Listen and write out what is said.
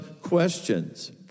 questions